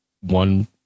one